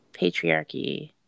patriarchy